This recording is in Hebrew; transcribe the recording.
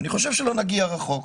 אני חושב שלא נגיע רחוק.